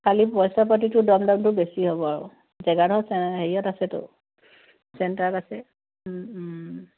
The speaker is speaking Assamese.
খালি পইচা পাতিটো দম দৰটো বেছি হ'ব আৰু জেগাডোখৰ চাই হেৰিয়ত আছেতো চেণ্টাৰত আছে